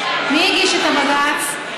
מי הגיש את הבג"ץ?